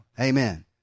Amen